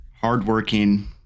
Hardworking